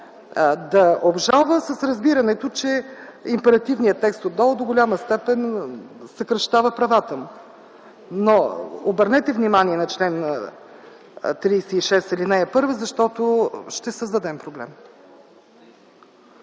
да обжалва с разбирането, че императивният текст отново до голяма степен съкращава правата му. Обърнете внимание на чл. 36, ал. 1, защото ще създадем проблем.